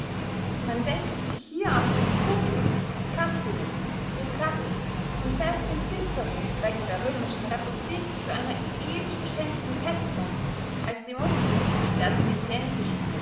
man denke sich hier auch den brutus cassius die gracchen und selbst den cicero welcher der römischen republik zu einer eben so schädlichen pest ward als demosthenes der